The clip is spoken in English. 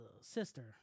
sister